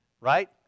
Right